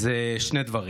היא שני דברים.